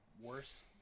worse